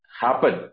happen